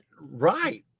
Right